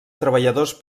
treballadors